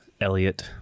Elliot